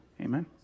Amen